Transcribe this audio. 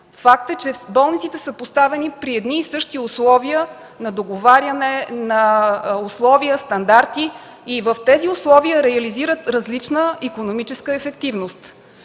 Факт е, че болниците са поставени при едни и същи условия на договаряне, на условия, стандарти и реализират различна икономическа ефективност.